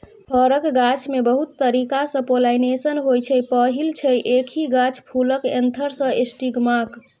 फरक गाछमे बहुत तरीकासँ पोलाइनेशन होइ छै पहिल छै एकहि गाछ फुलक एन्थर सँ स्टिगमाक